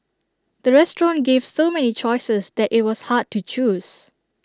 the restaurant gave so many choices that IT was hard to choose